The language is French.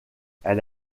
elle